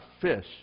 fish